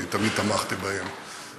אני תמיד תמכתי בהם,